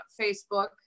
Facebook